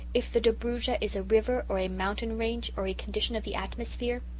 if the dobruja is a river or a mountain range, or a condition of the atmosphere?